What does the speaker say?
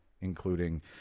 including